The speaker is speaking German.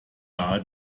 nahe